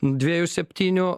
dvejų septynių